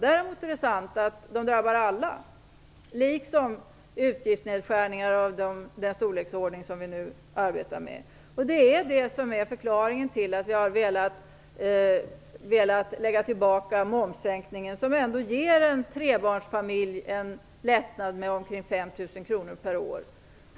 Däremot är det sant att skatterna drabbar alla, liksom utgiftsnedkärningar av den storleksordning som vi nu arbetar med. Det är det som är förklaringen till att vi har velat lägga tillbaka via momssänkningen, som ändå ger en trebarnsfamilj en lättnad med omkring 5 000 kr per år.